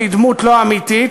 שהיא דמות לא אמיתית,